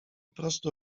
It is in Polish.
prostu